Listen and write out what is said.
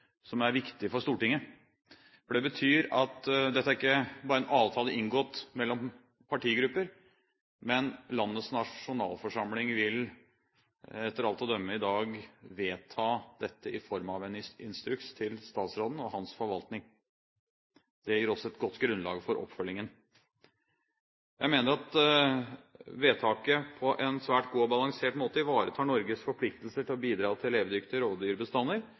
som er viktig for Stortinget, for det betyr at dette ikke bare er en avtale inngått mellom partigrupper, men landets nasjonalforsamling vil etter alt å dømme i dag vedta dette i form av en instruks til statsråden og hans forvaltning. Det gir også et godt grunnlag for oppfølgingen. Jeg mener at vedtaket på en svært god og balansert måte ivaretar Norges forpliktelser til å bidra til levedyktige rovdyrbestander,